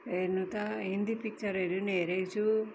हेर्नु त हिन्दी पिक्चरहरू पनि हेरेको छु